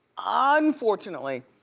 um unfortunately,